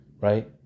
right